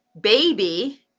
baby